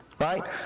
right